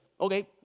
okay